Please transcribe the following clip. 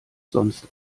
sonst